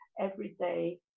everyday